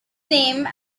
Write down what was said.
name